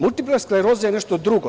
Multiplasskleroza je nešto drugo.